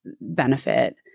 benefit